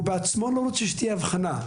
הוא בעצמו לא רוצה שתהיה הבחנה.